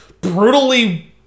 brutally